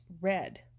red